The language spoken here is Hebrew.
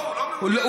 לא, הוא לא מעוניין.